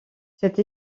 cette